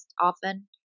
often